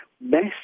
best